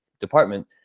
department